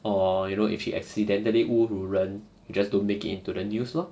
or you know if she accidentally 侮辱人 just don't make it into the news lor